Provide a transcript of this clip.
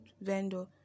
vendor